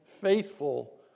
faithful